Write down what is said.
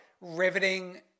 riveting